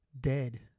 dead